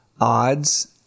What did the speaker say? Odds